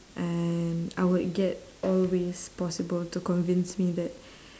and I would get all ways possible to convince me that